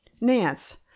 Nance